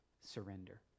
surrender